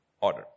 Order